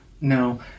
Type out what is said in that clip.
no